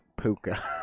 puka